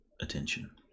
attention